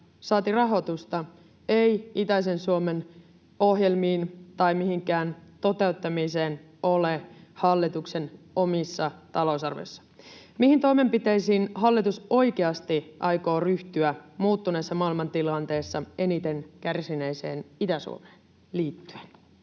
saati rahoitusta, ei itäisen Suomen ohjelmiin tai mihinkään toteuttamiseen ole hallituksen omissa talousarvioissa. Mihin toimenpiteisiin hallitus oikeasti aikoo ryhtyä muuttuneessa maailmantilanteessa eniten kärsineeseen Itä-Suomeen liittyen?